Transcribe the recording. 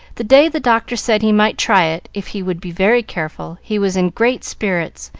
the day the doctor said he might try it if he would be very careful, he was in great spirits,